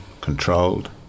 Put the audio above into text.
controlled